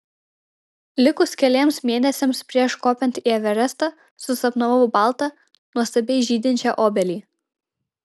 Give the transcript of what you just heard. likus keliems mėnesiams prieš kopiant į everestą susapnavau baltą nuostabiai žydinčią obelį